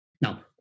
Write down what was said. Now